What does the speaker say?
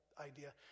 idea